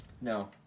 No